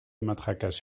matraquage